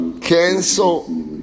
cancel